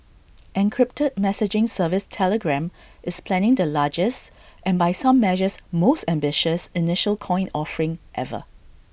encrypted messaging service Telegram is planning the largest and by some measures most ambitious initial coin offering ever